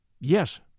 Yes